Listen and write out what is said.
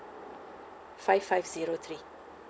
five five zero three